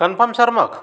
confirm sir मग